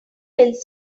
build